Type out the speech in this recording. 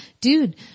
dude